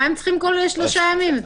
למה צריכים כל שלושה ימים?